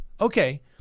Okay